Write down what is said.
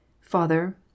Father